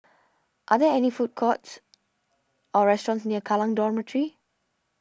are there any food courts or restaurants near Kallang Dormitory